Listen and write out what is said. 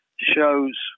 shows